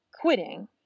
quitting